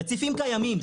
רציפים קיימים,